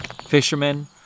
fishermen